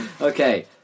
Okay